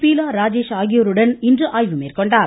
பீலா ராஜேஷ் ஆகியோருடன் இன்று ஆய்வு மேற்கொண்டார்